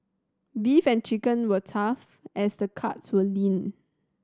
beef and chicken were tough as the cuts were lean